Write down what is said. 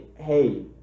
hey